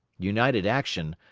united action,